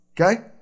Okay